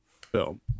film